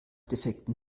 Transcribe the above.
defekten